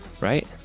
right